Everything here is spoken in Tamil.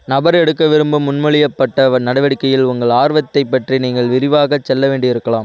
நபர் எடுக்க விரும்பும் முன்மொழியப்பட்ட நடவடிக்கையில் உங்கள் ஆர்வத்தைப் பற்றி நீங்கள் விரிவாகச் சொல்ல வேண்டி இருக்கலாம்